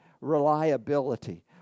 reliability